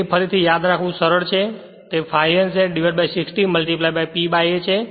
તેથી ફરીથી યાદ રાખવું સરળ છે કે તે ∅ Z N 60 P A છે